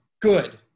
good